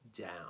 down